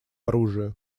оружии